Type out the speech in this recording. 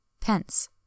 pence